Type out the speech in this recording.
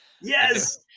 Yes